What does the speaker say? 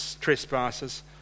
trespasses